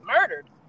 murdered